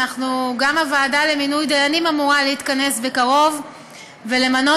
גם הוועדה לבחירת דיינים אמורה להתכנס בקרוב ולמנות